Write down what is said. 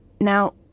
now